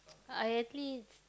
I actually